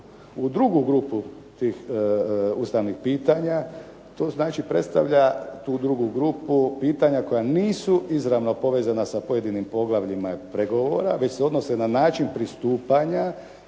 U drugu grupu tih ustavnih pitanja, tu grupu predstavlja pitanja koja nisu izravno povezana sa pojedinim poglavljima pregovora već se odnose na način pristupanja